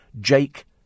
jake